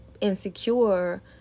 insecure